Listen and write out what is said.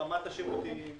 ברמת השירותים,